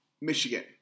Michigan